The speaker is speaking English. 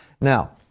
Now